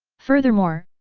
furthermore,